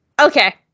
Okay